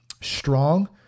strong